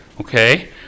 Okay